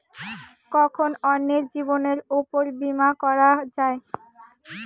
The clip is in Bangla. কখন অন্যের জীবনের উপর বীমা করা যায়?